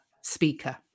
speaker